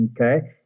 Okay